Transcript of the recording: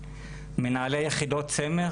פה מדובר על קציבה אמיתית,